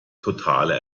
totale